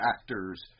actors